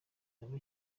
aba